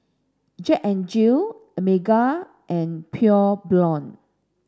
Jack N Jill Megan and Pure Blonde